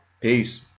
Peace